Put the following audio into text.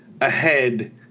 ahead